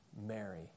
Mary